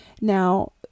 Now